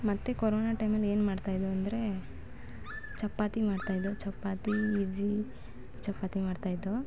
ಮತ್ತು ಕೊರೋನಾ ಟೈಮಲ್ಲಿ ಏನು ಮಾಡ್ತಾಯಿದ್ದೋ ಅಂದರೆ ಚಪಾತಿ ಮಾಡ್ತಾಯಿದ್ದೋ ಚಪಾತಿ ಈಝಿ ಚಪಾತಿ ಮಾಡ್ತಾಯಿದ್ದೋ